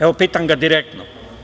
Evo, pitam ga direktno.